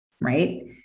right